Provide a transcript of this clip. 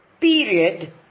period